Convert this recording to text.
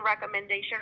recommendation